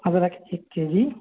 अदरक एक के जी